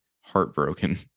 heartbroken